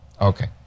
Okay